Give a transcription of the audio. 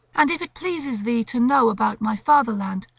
and if it pleases thee to know about my fatherland,